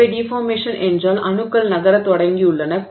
எனவே டிஃபார்மேஷன் என்றால் அணுக்கள் நகரத் தொடங்கியுள்ளன